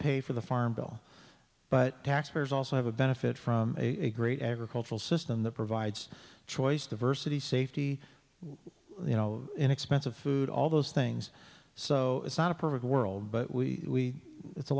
pay for the farm bill but taxpayers also have a benefit from a great agricultural system that provides choice diversity safety you know inexpensive food all those things so it's not a perfect world but we it's a